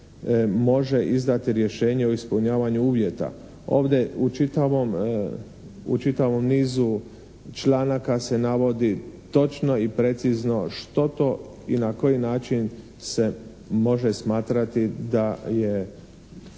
može izdati rješenje o ispunjavanju uvjeta. Ovdje u čitavom nizu članaka se navodi točno i precizno što to i na koji način se može smatrati da je,